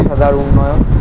পেশাদার উন্নয়ন